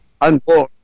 unborn